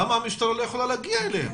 למה המשטרה לא יכולה להגיע אליהם,